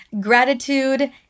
Gratitude